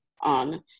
on